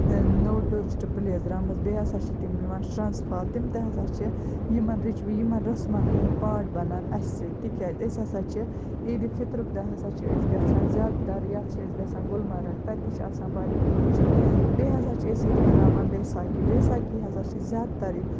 نوٚو tourist places درٛامٕژ بیٚیہِ ہسا چھِ تِم یِوان شرٛنٛز فال تِم تہِ ہسا چھِ یِمَن رِچ یِمَن رَسمَن ہٕنٛدۍ پارٹ بنان اَسہِ سۭتۍ تِکیٛازِ أسۍ ہسا چھِ عیٖدِ فِطرُک دۄہ ہسا چھِ أسۍ گژھان زیادٕ تَر یا تہِ چھِ أسۍ گژھان گُلمرگ تَتہِ تہِ چھِ آسان واریاہ ٹوٗرِسٹ بیٚیہِ ہسا چھِ أسۍ ییٚتہِ مناوان بیساکی بیساکی ہسا چھِ زیادٕ تَر